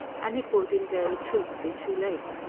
and it would in very truth be too late.